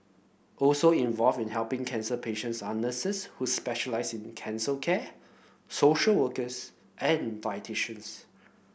also involved in helping cancer patients are nurses who specialise in cancer care social workers and dietitians